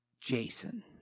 Jason